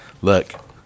Look